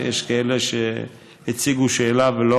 ויש כאלה שהציגו שאלה ולא המתינו לתשובה.